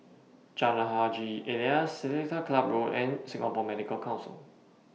Jalan Haji Alias Seletar Club Road and Singapore Medical Council